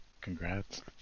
Congrats